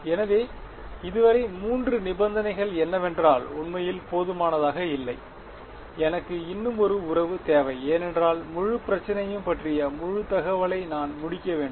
எனவே இதுவரை மூன்று நிபந்தனைகள் என்னவென்றால் உண்மையில் போதுமானதாக இல்லை எனக்கு இன்னும் ஒரு உறவு தேவை ஏனென்றால் முழு பிரச்சனையையும் பற்றிய முழு தகவலை நான் முடிக்க வேண்டும்